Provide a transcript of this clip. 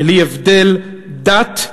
בלי הבדל דת,